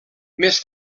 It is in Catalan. més